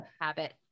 habit